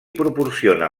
proporciona